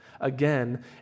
again